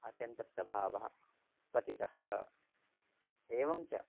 अत्यन्तप्रभावः पतितः एवं च